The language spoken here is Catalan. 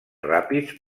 ràpids